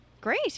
Great